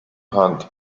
hand